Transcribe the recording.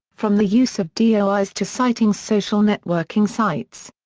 from the use of dois to citing social networking sites.